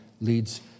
leads